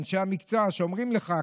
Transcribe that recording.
אנשי המקצוע שאומרים לך,